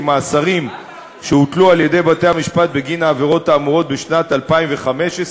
מאסרים שהוטלו על-ידי בתי-המשפט בגין העבירות האמורות בשנת 2015,